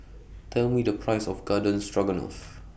Tell Me The Price of Garden Stroganoff